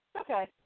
Okay